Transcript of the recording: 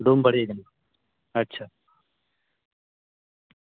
ᱨᱩᱢ ᱵᱟᱹᱲᱤᱭᱟᱹ ᱨᱮᱱ ᱟᱪᱪᱷᱟ